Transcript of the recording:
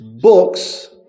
books